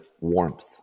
warmth